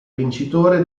vincitore